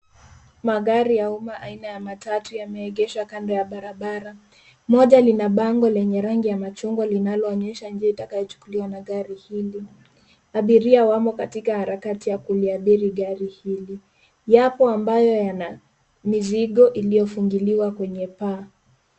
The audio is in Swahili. Magari ya umma aina ya matatu yameegeshwa kando ya barabara. Mmoja lina bango yenye rangi ya machungwa linaloonyesha njia itakayo chukuliwa na gari hili. Abiria wamo katika harakati ya kuliabiri gari hili, yapo amabapo yana mizigo iliyofungiliwa kwenye paa.